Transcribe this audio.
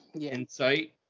insight